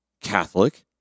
Catholic